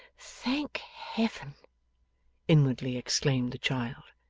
thank heaven inwardly exclaimed the child,